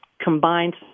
combined